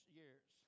years